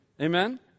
Amen